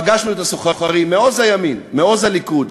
פגשנו את הסוחרים, מעוז הימין, מעוז הליכוד.